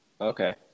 okay